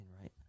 right